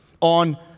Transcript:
on